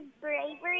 bravery